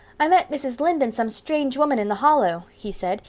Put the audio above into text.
i met mrs. lynde and some strange woman in the hollow, he said,